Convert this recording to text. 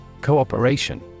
Cooperation